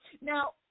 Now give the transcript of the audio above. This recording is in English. Now